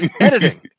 editing